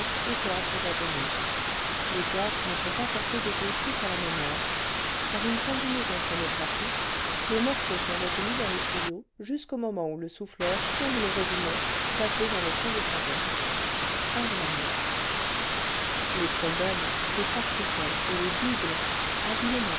aux théâtres abonnés les théâtres ne sont pas forcés de jouer tous à la même heure par une combinaison phonographique les morceaux sont retenus dans les tuyaux jusqu'au moment où le souffleur tourne le robinet placé dans le fond dé sa boîte